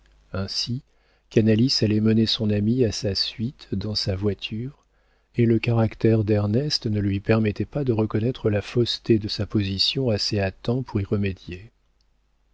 ainsi canalis allait mener son ami à sa suite dans sa voiture et le caractère d'ernest ne lui permettait pas de reconnaître la fausseté de sa position assez à temps pour y remédier